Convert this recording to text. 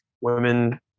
women